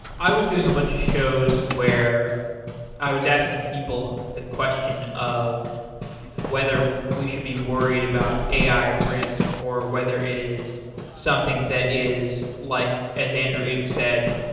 i was doing a bunch of shows where i was asking people the question of whether we should be worried about ai risk or whether it is something that is like, as andrew ng said,